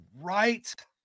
right